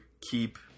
keep